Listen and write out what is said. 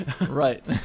right